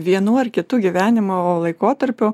vienu ar kitu gyvenimo laikotarpiu